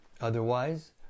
Otherwise